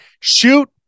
Shoot